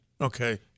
Okay